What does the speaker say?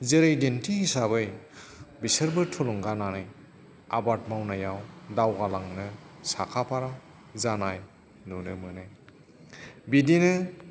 जेरै दिन्थि हिसाबै बिसोरबो थुलुंगानानै आबाद मावनायाव दावगालांनो साखाफारा जानाय नुनो मोनो बिदिनो